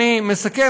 אני מסכם,